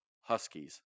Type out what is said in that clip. Huskies